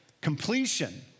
completion